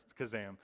Kazam